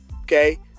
okay